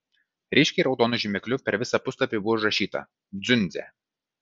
ryškiai raudonu žymekliu per visą puslapį buvo užrašyta dziundzė